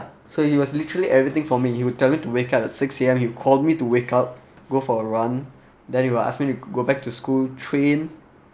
so he was literally everything for me he will tell me to wake up at six A_M he would call me to wake up go for a run then he'll ask me to go back to school train